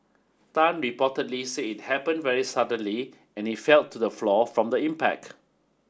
tan reportedly said it happened very suddenly and he fell to the floor from the impact